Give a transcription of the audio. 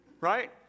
Right